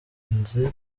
abanzi